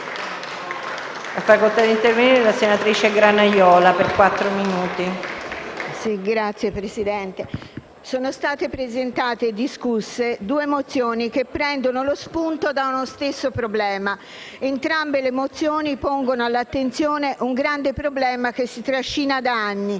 sono state presentate e discusse due mozioni che prendono lo spunto da uno stesso problema: entrambe pongono all'attenzione un grande problema che si trascina da anni,